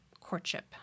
courtship